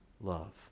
love